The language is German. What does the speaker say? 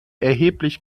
erheblich